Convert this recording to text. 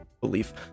belief